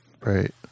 Right